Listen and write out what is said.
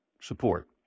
support